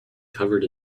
covered